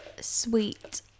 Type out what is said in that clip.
sweet